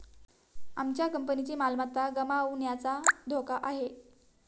आमच्या कंपनीची मालमत्ता गमावण्याचा धोका आहे